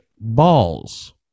balls